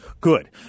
Good